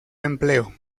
empleo